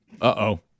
Uh-oh